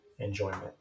enjoyment